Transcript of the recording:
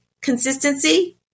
consistency